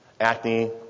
acne